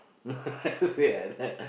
I say like that